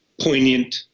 poignant